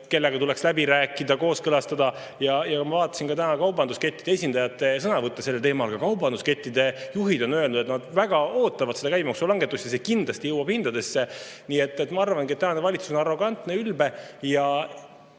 kellega tuleks see läbi rääkida, see kooskõlastada. Ma vaatasin ka kaubanduskettide esindajate sõnavõtte sel teemal. Ka kaubanduskettide juhid on öelnud, et nad väga ootavad käibemaksulangetust. See kindlasti jõuab hindadesse. Nii et ma arvangi, et tänane valitsus on arrogantne, ülbe.